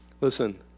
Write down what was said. Listen